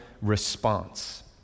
response